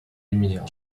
lumière